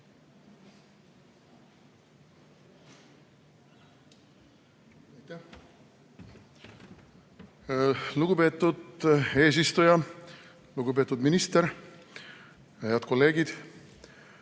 Lugupeetud eesistuja! Lugupeetud minister! Head kolleegid!